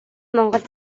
монгол